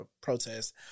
protests